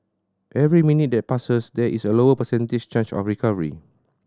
every minute that passes there is a lower percentage chance of recovery